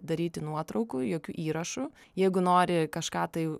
daryti nuotraukų jokių įrašų jeigu nori kažką tai